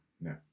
No